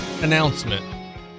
announcement